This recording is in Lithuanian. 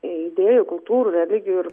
idėjų kultūrų religijų ir